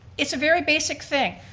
it's a very basic thing.